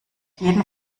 jeden